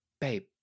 babe